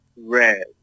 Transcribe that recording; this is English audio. Red